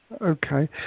Okay